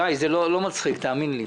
גיא, זה לא מצחיק, תאמין לי.